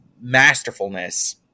masterfulness